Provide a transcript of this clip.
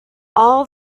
all